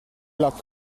luck